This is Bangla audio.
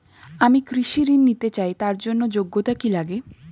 আমি কৃষি ঋণ নিতে চাই তার জন্য যোগ্যতা কি লাগে?